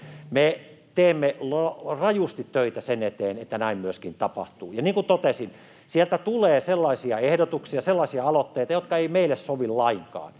Me teemme rajusti töitä sen eteen, että näin myöskin tapahtuu. [Juha Mäenpää: Onko tuloksia?] Ja niin kuin totesin, sieltä tulee sellaisia ehdotuksia, sellaisia aloitteita, jotka eivät meille sovi lainkaan,